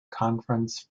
conference